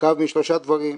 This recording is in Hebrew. מורכב משלושה דברים.